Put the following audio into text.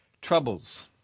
troubles